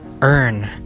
earn